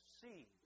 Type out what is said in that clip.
see